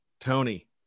Tony